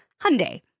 Hyundai